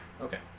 okay